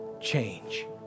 change